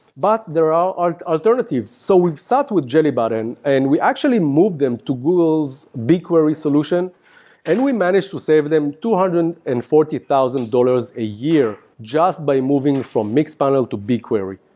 but there are are alternatives. so we've sat with jelly button and we actually moved them to google's bigquery solution and we managed to save them two hundred and and forty thousand dollars a year just by moving from mixpanel to bigquery.